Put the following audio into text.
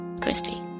Christy